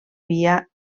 via